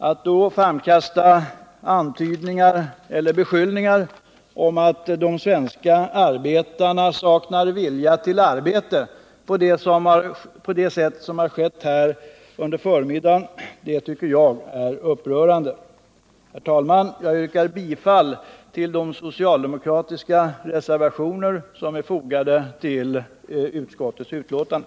Att då framkasta beskyllningar om att de svenska arbetarna saknar vilja till arbete på det sätt som skett här under förmiddagen är upprörande. Herr talman! Jag yrkar bifall till de socialdemokratiska reservationer som är fogade vid utskottets betänkande.